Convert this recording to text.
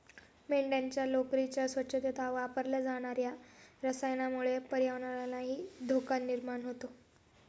मेंढ्यांच्या लोकरीच्या स्वच्छतेत वापरल्या जाणार्या रसायनामुळे पर्यावरणालाही धोका निर्माण होतो